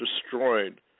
destroyed